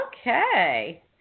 Okay